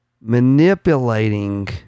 Manipulating